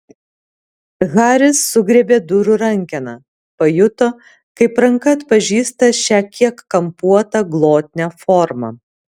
haris sugriebė durų rankeną pajuto kaip ranka atpažįsta šią kiek kampuotą glotnią formą